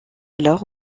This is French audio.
alors